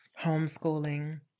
homeschooling